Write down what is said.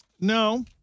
No